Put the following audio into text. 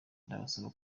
ndasaba